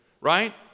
right